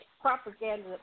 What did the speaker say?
propaganda